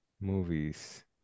movies